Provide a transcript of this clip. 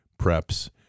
preps